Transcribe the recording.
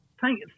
thank